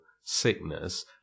sickness